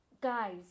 Guys